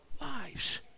lives